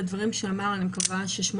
רבה.